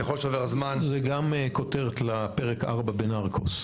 ככל שעובר הזמן --- זה גם כותרת לפרק ארבע בנרקוס.